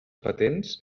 patents